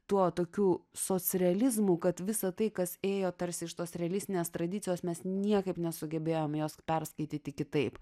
tuo tokiu socrealizmu kad visa tai kas ėjo tarsi iš tos realistinės tradicijos mes niekaip nesugebėjom jos perskaityti kitaip